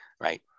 right